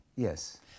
Yes